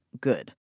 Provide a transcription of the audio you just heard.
good